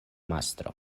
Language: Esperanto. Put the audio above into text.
mastro